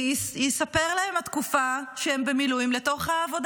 תיספר להם התקופה שהם במילואים לתוך העבודה